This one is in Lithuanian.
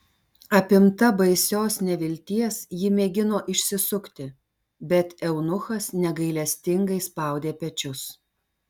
apimta baisios nevilties ji mėgino išsisukti bet eunuchas negailestingai spaudė pečius